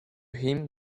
him